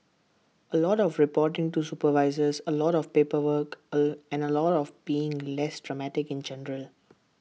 A lot of reporting to superiors A lot of paperwork A and A lot of being less dramatic in general